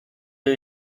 چرا